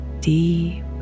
deep